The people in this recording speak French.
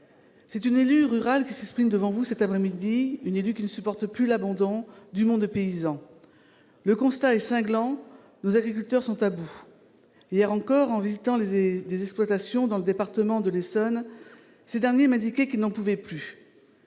c'est une élue rurale qui s'exprime devant vous, une élue qui ne supporte plus l'abandon du monde paysan. Le constat est cinglant : nos agriculteurs sont à bout ! Hier encore, alors que je visitais des exploitations dans le département de l'Essonne, ces derniers m'indiquaient qu'ils n'en pouvaient plus.